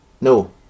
no